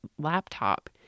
laptop